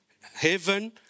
heaven